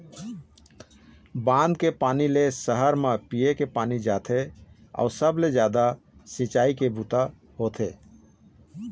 बांध के पानी ले सहर म पीए के पानी जाथे अउ सबले जादा सिंचई के बूता होथे